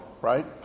right